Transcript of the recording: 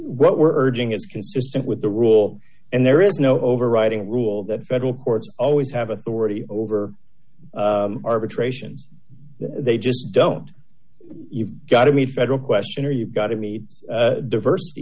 what we're urging is consistent with the rule and there is no overriding rule that federal courts always have authority over arbitrations they just don't you've got to meet a federal question or you've got to meet diversity